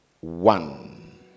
One